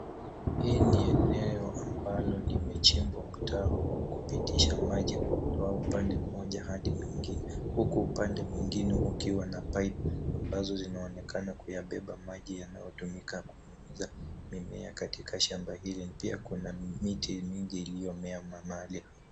Hii ni eneo ambalo limechimbwa mtaro kupitisha maji kutoa upande mmoja hadi mwingine, huku upande mwingine ukiwa na pipe ambazo zinaonekana kuyabeba maji yanayotumika kunyunyuzia mimea katika shamba hili. Pia kuna miti mingi iliyomea.